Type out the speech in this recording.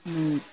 ᱦᱮᱸ